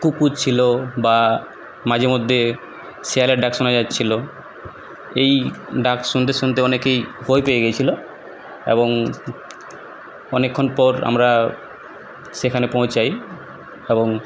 কুকুর ছিল বা মাঝেমধ্যে শেয়ালের ডাক শোনা যাচ্ছিল এই ডাক শুনতে শুনতে অনেকেই ভয় পেয়ে গিয়েছিল এবং অনেকক্ষণ পর আমরা সেখানে পৌঁছাই এবং